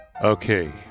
Okay